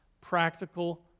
practical